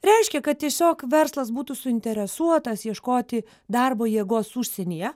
reiškia kad tiesiog verslas būtų suinteresuotas ieškoti darbo jėgos užsienyje